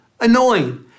annoying